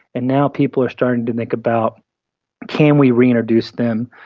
and now people are starting to think about can we reintroduce them,